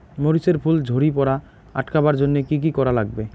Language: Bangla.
মরিচ এর ফুল ঝড়ি পড়া আটকাবার জইন্যে কি কি করা লাগবে?